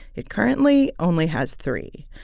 it currently only has three.